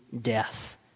death